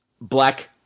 black